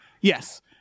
Yes